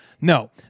No